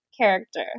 character